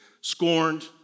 scorned